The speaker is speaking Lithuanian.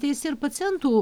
teisi ir pacientų